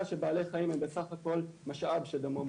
שבעלי חיים הם בסך הכול משאב שדמו מותר.